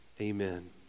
amen